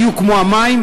בדיוק כמו המים,